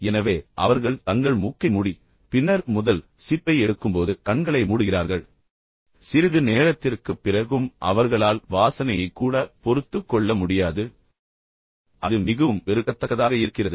எனவே அவர்கள் தங்கள் மூக்கை மூடி பின்னர் முதல் சிப்பை எடுக்கும்போது கண்களை மூடுகிறார்கள் சிறிது நேரத்திற்குப் பிறகும் அவர்களால் வாசனையை கூட பொறுத்துக்கொள்ள முடியாது அது மிகவும் வெறுக்கத்தக்கதாக இருக்கிறது